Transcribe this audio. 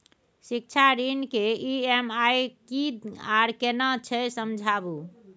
शिक्षा ऋण के ई.एम.आई की आर केना छै समझाबू?